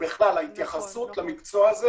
ההתייחסות למקצוע הזה